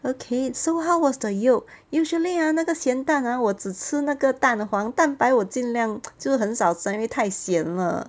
okay so how was the yoke usually ah 那个咸蛋 ah 我只吃那个蛋黄蛋白我尽量就很少吃因为太咸了